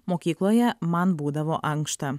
mokykloje man būdavo ankšta